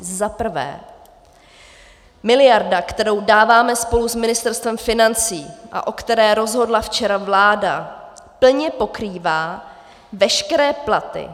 Za prvé, miliarda, kterou dáváme spolu s Ministerstvem financí a o které rozhodla včera vláda, plně pokrývá veškeré platy.